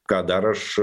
ką dar aš